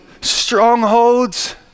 strongholds